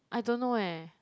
I don't know eh